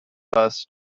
bus